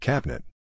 Cabinet